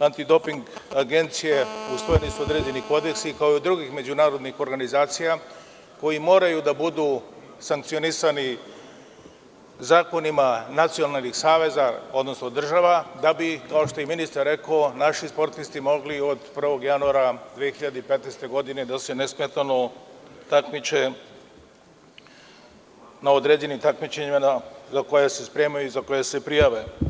anti doping agencije usvojeni su određeni kodeksi kao i drugih međunarodnih organizacija, koji moraju da budu sankcionisani zakonima, nacionalnih saveza, odnosno država, da bi, kao što je i ministar rekao, naši sportisti od 1. januara 2015. godine nesmetano da se takmiče na određenim takmičenjima za koja se spremaju i za koje se prijave.